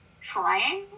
trying